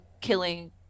killing